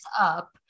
up